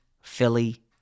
Philly